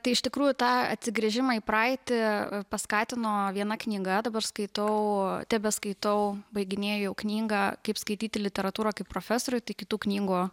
tai iš tikrųjų tą atsigręžimą į praeitį paskatino viena knyga dabar skaitau tebeskaitau baiginėju knygą kaip skaityti literatūrą kaip profesoriui tai kitų knygų